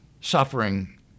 suffering